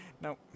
No